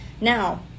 now